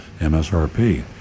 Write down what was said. MSRP